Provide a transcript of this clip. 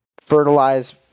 fertilize